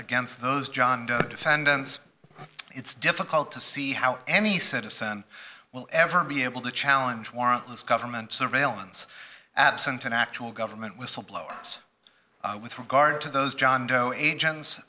against those john doe defendants it's difficult to see how any citizen will ever be able to challenge warrantless government surveillance absent an actual government whistleblowers with regard to those john doe agents